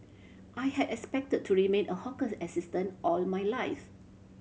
I had expected to remain a hawker assistant all my life